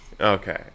Okay